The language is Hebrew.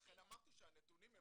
לכן אמרתי שהנתונים הם פה המפתח.